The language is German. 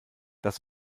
das